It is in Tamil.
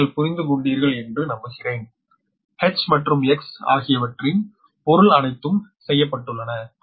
நீங்கள் புரிந்து கொண்டீர்கள் என்று நம்புகிறேன் H மற்றும் X ஆகியவற்றின் பொருள் அனைத்தும் செய்யப்பட்டுள்ளன